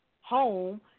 home